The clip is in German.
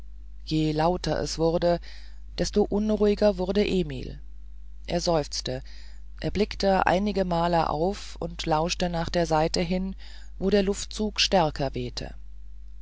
je lauter es wurde desto unruhiger wurde emil er seufzte er blickte einigemal auf und lauschte nach der seite hin wo der luftzug stärker wehte